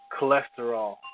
cholesterol